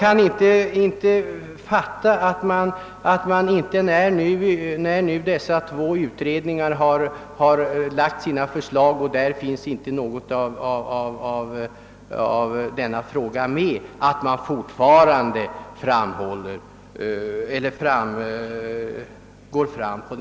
När de aktuella två utredningarna nu lagt fram sina förslag och vi kunnat konstatera att de över huvud taget icke sysslat med ärendet i fråga, kan jag inte fatta att utskottsmajoriteten fortfarande vidhåller sin avslagslinje.